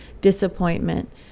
disappointment